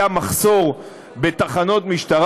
היה מחסור בתחנות משטרה.